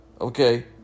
Okay